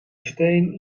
steen